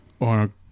on